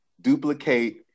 duplicate